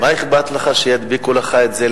חבר הכנסת זאב, מה אכפת לך שידביקו לך את זה?